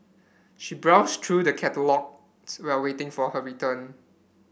she browsed through the catalogues while waiting for her return